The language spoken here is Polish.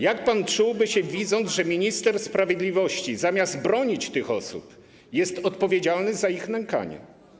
Jak pan czułby się, widząc, że minister sprawiedliwości, zamiast bronić tych osób, jest odpowiedzialny za ich nękanie?